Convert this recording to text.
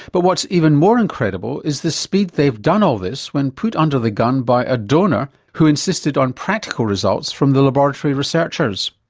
but what's even more incredible is the speed they've done all this when put under the gun by a donor who insisted on practical results from the laboratory researchers.